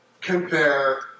compare